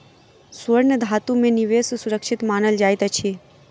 स्वर्ण धातु में निवेश सुरक्षित मानल जाइत अछि